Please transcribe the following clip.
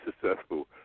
successful